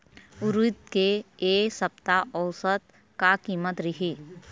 उरीद के ए सप्ता औसत का कीमत रिही?